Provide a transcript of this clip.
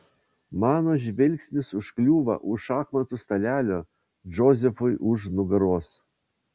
mano žvilgsnis užkliūva už šachmatų stalelio džozefui už nugaros